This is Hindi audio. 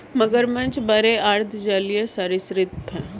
मगरमच्छ बड़े अर्ध जलीय सरीसृप हैं